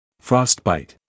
Frostbite